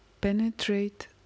penetrate